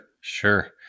sure